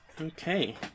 Okay